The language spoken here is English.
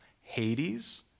Hades